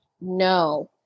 No